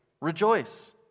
rejoice